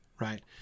right